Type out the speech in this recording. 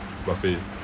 buffet